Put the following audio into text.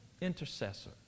intercessor